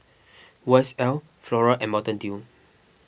Y S L Flora and Mountain Dew